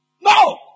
No